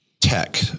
tech